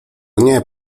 nie